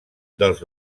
dels